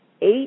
eight